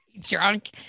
Drunk